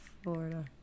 Florida